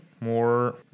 more